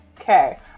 Okay